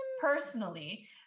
personally